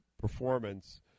performance